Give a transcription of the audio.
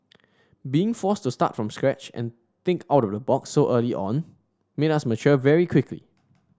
being forced to start from scratch and think out of the box so early on made us mature very quickly